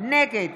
נגד